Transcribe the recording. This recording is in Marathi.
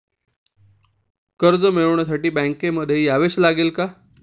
कर्ज मिळवण्यासाठी बँकेमध्ये यावेच लागेल का?